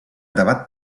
debat